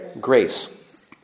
Grace